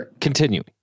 continuing